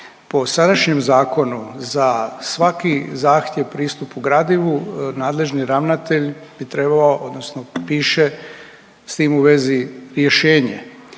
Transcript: Po sadašnjem zakonu za svaki zahtjev pristupu gradivu nadležni ravnatelj bi trebao odnosno piše s tim u vezi rješenje.